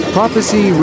Prophecy